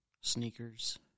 sneakers